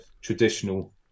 traditional